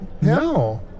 No